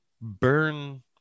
burn